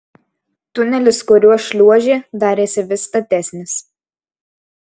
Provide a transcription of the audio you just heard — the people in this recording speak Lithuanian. tunelis kuriuo šliuožė darėsi vis statesnis